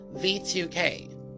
V2K